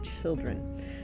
children